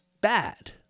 bad